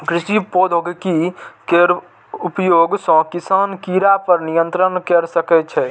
कृषि प्रौद्योगिकी केर उपयोग सं किसान कीड़ा पर नियंत्रण कैर सकै छै